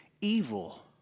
evil